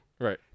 Right